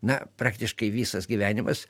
na praktiškai visas gyvenimas